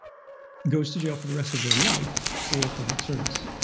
goes to jail for the rest of their life for a public service